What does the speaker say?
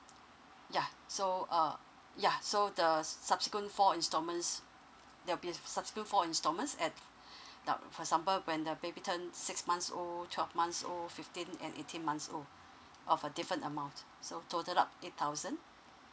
ya so uh ya so the subsequent four instalments there'll be subsequent four instalments at now for example when the baby turn six months old twelve months old fifteen and eighteen months old of a different amount so total up eight thousand